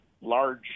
large